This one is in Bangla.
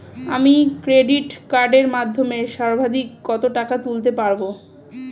আমি ক্রেডিট কার্ডের মাধ্যমে সর্বাধিক কত টাকা তুলতে পারব?